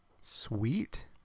Sweet